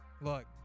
look